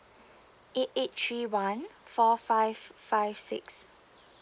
eight eight three one four five five six